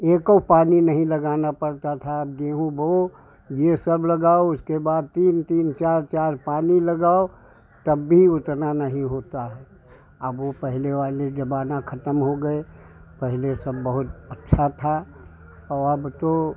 एक भी पानी नहीं लगाना पड़ता था अब गेहूँ बो यह सब लगाओ उसके बाद तीन तीन चार चार पानी लगाओ तब भी उतना नहीं होता है अब वह पहले वाले ज़माना खत्म हो गया पहले सब बहुत अच्छा था और अब तो